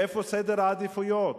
איפה סדר העדיפויות?